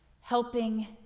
helping